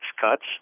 cuts